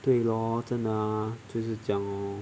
对咯真的啊就是这样 lor